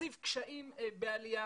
להוסיף קשיים בעלייה